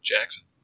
Jackson